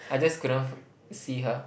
I just couldn't see her